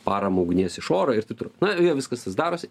paramą ugnies iš oro ir taip toliau na jie viskas tas darosi